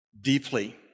deeply